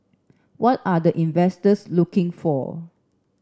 what are the investors looking for